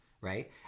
right